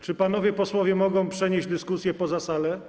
Czy panowie posłowie mogą przenieść dyskusję poza salę?